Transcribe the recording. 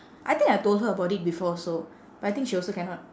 I think I told her about it before also but I think she also cannot